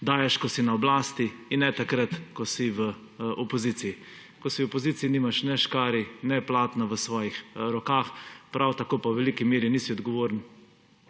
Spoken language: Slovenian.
daješ, ko si na oblasti; in ne takrat, ko si v opoziciji. Ko si v opoziciji, nimaš ne škarij ne platna v svojih rokah, prav tako pa v veliki meri nisi odgovoren